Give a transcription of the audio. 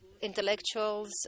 Intellectuals